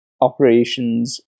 operations